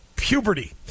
puberty